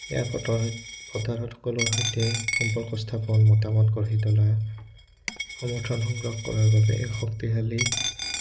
এয়া পত ভোটাৰসকলৰ সৈতে সম্পৰ্ক স্থাপন মতামত গঢ়ি তোলা সমৰ্থন সংগ্ৰহ কৰাৰ বাবে এক শক্তিশালী